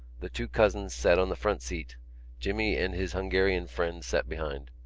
the two cousins sat on the front seat jimmy and his hungarian friend sat behind.